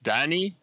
Danny